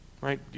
right